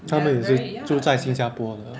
他们也是住在新加坡的